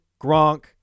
Gronk